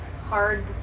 hard